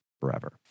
forever